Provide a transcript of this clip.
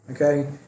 Okay